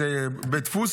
זה בית דפוס